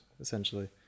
essentially